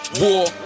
War